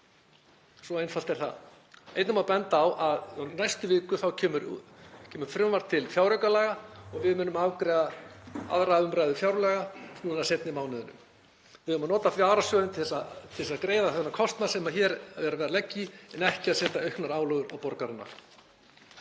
svo einfalt er það. Einnig má benda á að í næstu viku kemur frumvarp til fjáraukalaga og við munum afgreiða 2. umræðu fjárlaga núna seinna í mánuðinum. Við eigum að nota varasjóðinn til þess að greiða þennan kostnað sem hér er verið að leggja í en ekki setja auknar álögur á borgarana.